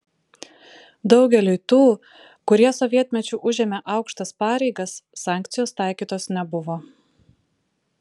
daugeliui tų kurie sovietmečiu užėmė aukštas pareigas sankcijos taikytos nebuvo